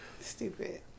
stupid